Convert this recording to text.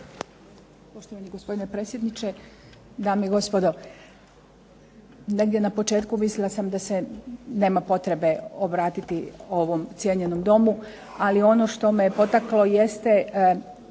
Tatijana** Gospodine predsjedniče, dame i gospodo. Negdje na početku mislila sam da se nema potrebe obratiti ovom cijenjenom Domu, ali ono što me je potaklo jeste